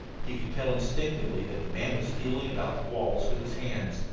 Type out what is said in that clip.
he could tell instinctively that the man was feeling about the walls with his hands.